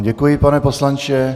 Děkuji vám, pane poslanče.